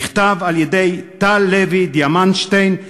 נכתב על-ידי טל לוי דיאמנשטיין,